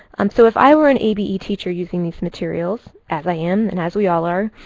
um so if i were an abe teacher using these materials, as i am, and as we all are,